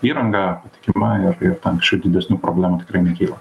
įranga patikima ir ir ten kažkaip didesnių problemų tikrai nekyla